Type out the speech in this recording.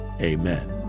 Amen